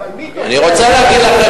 אני רוצה להגיד לכם,